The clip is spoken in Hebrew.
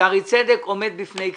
שערי צדק עומד בפני קריסה.